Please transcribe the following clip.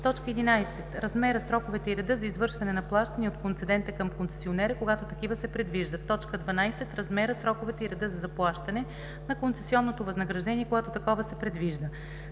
11. размера, сроковете и реда за извършване на плащания от концедента към концесионера, когато такива се предвиждат; 12. размера, сроковете и реда за заплащане на концесионното възнаграждение, когато такова се предвижда;